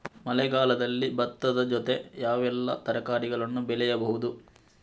ಮಳೆಗಾಲದಲ್ಲಿ ಭತ್ತದ ಜೊತೆ ಯಾವೆಲ್ಲಾ ತರಕಾರಿಗಳನ್ನು ಬೆಳೆಯಬಹುದು?